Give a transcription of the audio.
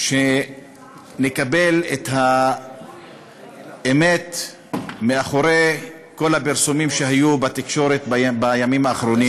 שנקבל את האמת שמאחורי כל הפרסומים שהיו בתקשורת בימים האחרונים,